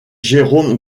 jérôme